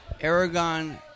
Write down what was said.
Aragon